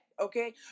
okay